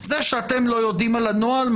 זה שאתם לא יודעים על הנוהל,